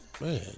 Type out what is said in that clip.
man